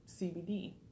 CBD